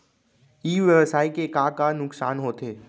ई व्यवसाय के का का नुक़सान होथे?